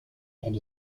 and